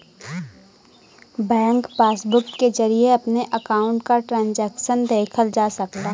bank passbook के जरिये अपने अकाउंट क ट्रांजैक्शन देखल जा सकला